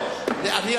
אני,